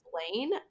explain